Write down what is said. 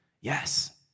Yes